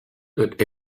that